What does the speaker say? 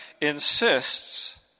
insists